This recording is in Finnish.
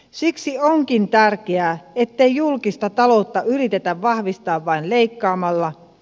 siksi onkin tärkeää ettei julkista taloutta yritetä vahvistaa vain leikkaamalla